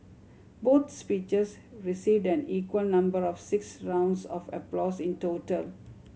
both speeches received an equal number of six rounds of applause in total